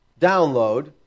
download